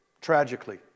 tragically